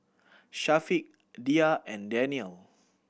Syafiq Dhia and Daniel